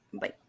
Bye